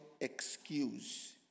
excuse